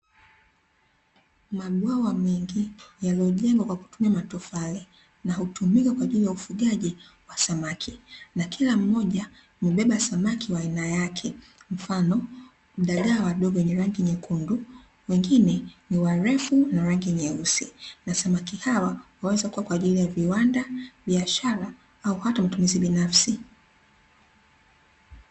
Mabwawa mengi yanayojengwa kwa kutumia matofali na hutumika kwa ajili ya ufugaji wa samaki, na kila mmoja hubeba samaki wa aina yake. Mfano dagaa wadogo wenye rangi nyekundu wengine ni warefu na rangi nyeusi, na samaki hawa waweza kuwa kwa ajili ya viwanda, biashara au hata matumizi binafsi.